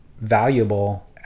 valuable